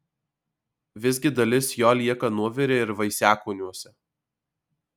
visgi dalis jo lieka nuovire ir vaisiakūniuose